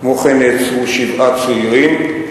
כמו כן נעצרו שבעה צעירים,